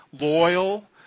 loyal